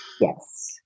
Yes